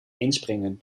inspringen